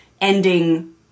ending